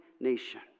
nation